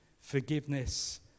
forgiveness